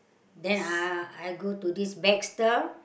then uh I go to this Baxter